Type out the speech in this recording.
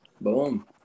Boom